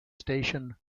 station